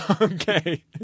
Okay